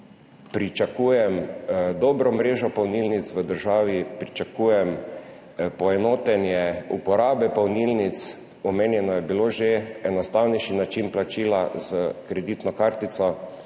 Pričakujem dobro mrežo polnilnic v državi, pričakujem poenotenje uporabe polnilnic, omenjen je bil že enostavnejši način plačila s kreditno kartico,